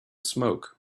smoke